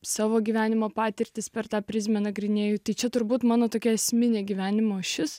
savo gyvenimo patirtis per tą prizmę nagrinėju tik čia turbūt mano tokia esminė gyvenimo ašis